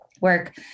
work